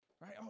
right